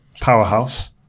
powerhouse